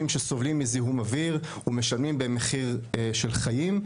הסובלים מזיהום אוויר ומשלמים במחיר של חיים,